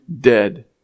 dead